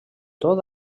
tot